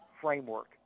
framework